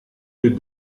les